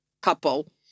couple